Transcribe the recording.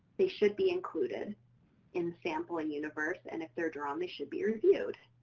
they should be included in the sampling universe, and if they're drawn, they should be reviewed.